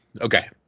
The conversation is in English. okay